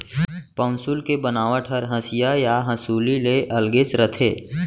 पौंसुल के बनावट हर हँसिया या हँसूली ले अलगेच रथे